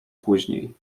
później